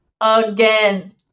again